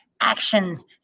actions